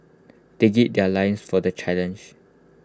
they gird their loins for the challenge